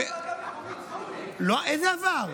זה עבר ועדה מקומית, איזה עבר?